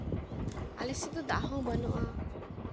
ᱟᱞᱮ ᱥᱮᱫ ᱫᱚ ᱫᱟᱜ ᱦᱚᱸ ᱵᱟᱹᱱᱩᱜᱼᱟ